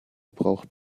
braucht